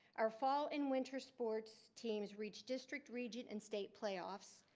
our fall and winter sports teams reached district region and state playoffs,